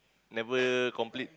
never complete